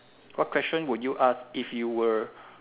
what question would you asked if you were